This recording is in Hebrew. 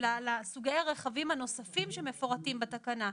לסוגי הרכבים הנוספים שמפורטים בתקנה.